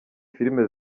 filime